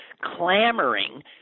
clamoring